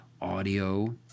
audio